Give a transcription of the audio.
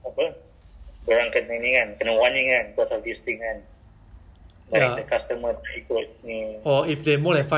they are together but then they sit separately but then they like can change table and then bersembang lah dengan kawan-kawan kan